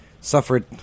suffered